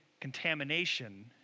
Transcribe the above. contamination